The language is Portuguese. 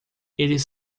eles